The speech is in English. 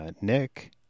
Nick